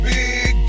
Big